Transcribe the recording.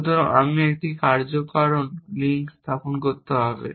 সুতরাং আমি একটি কার্যকারণ লিঙ্ক স্থাপন করতে হবে